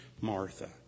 Martha